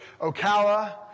Ocala